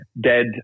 dead